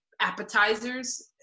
appetizers